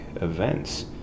events